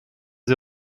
sie